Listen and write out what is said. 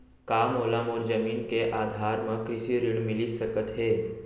का मोला मोर जमीन के आधार म कृषि ऋण मिलिस सकत हे?